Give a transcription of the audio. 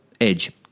Edge